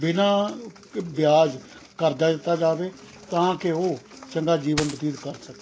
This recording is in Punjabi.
ਬਿਨਾ ਵਿਆਜ ਕਰਜ਼ਾ ਦਿੱਤਾ ਜਾਵੇ ਤਾਂ ਕਿ ਉਹ ਚੰਗਾ ਜੀਵਨ ਬਤੀਤ ਕਰ ਸਕਣ